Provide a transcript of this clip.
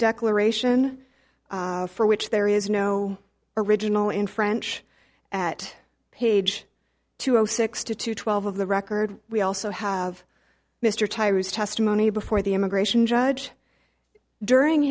declaration for which there is no original in french at page two zero six to two twelve of the record we also have mr tyra's testimony before the immigration judge during